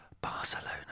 Barcelona